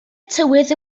tywydd